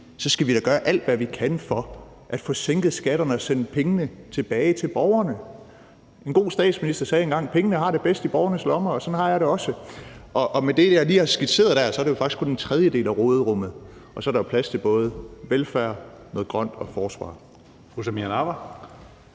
så skal vi da gøre alt, hvad vi kan, for at få sænket skatterne og sendt pengene tilbage til borgerne. En god statsminister sagde engang, at pengene har det bedst i borgernes lommer, og sådan har jeg det også. Med det, jeg lige har skitseret der, er det jo faktisk kun en tredjedel af råderummet, og så er der plads til både velfærd, noget grønt og forsvar.